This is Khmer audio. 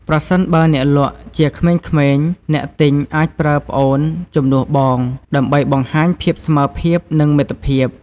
ប្រសិនបើអ្នកលក់ជាក្មេងៗ អ្នកទិញអាចប្រើ "ប្អូន" ជំនួស “បង” ដើម្បីបង្ហាញភាពស្មើភាពនិងមិត្តភាព។